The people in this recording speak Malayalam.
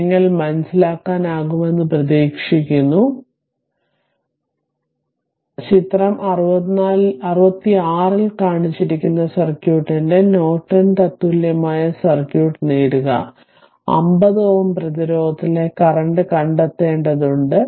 കാര്യങ്ങൾ മനസ്സിലാക്കാനാകുമെന്ന് പ്രതീക്ഷിക്കുന്നു അതിനാൽ ചിത്രം 66 ൽ കാണിച്ചിരിക്കുന്ന സർക്യൂട്ടിന്റെ നോർട്ടൺ തത്തുല്യമായ സർക്യൂട്ട് നേടുക 50 Ω പ്രതിരോധത്തിലെ കറന്റ് കണ്ടെത്തേണ്ടതുണ്ട്